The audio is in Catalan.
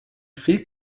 fill